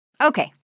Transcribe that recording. Okay